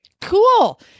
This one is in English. Cool